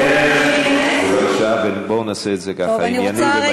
אף אחד לא יגיד לנו איך